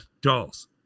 dolls